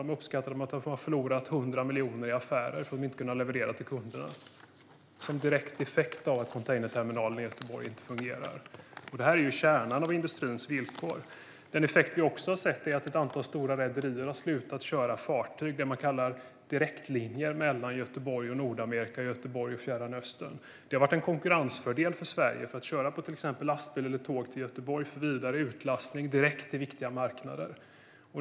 De uppskattar att de har förlorat 100 miljoner i affärer för att de inte har kunnat leverera till kunderna, som en direkt effekt av att containerterminalen i Göteborg inte fungerar. Detta är ju kärnan i industrins villkor. En effekt vi också har sett är att ett antal stora rederier har slutat köra fartyg, alltså det man kallar direktlinjer, mellan Göteborg och Nordamerika och Göteborg och Fjärran Östern. Det har varit en konkurrensfördel för Sverige att man till exempel har kunnat köra lastbil eller tåg till Göteborg för vidare utlastning direkt till viktiga marknader.